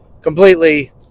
completely